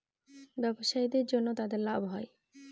ব্যবসায়ীদের জন্য তাদের লাভ হয়